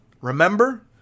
Remember